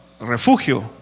refugio